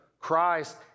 christ